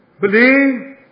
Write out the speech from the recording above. believe